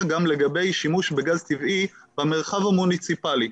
גם לגבי שימוש בגז טבעי במרחב המוניציפלי.